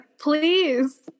Please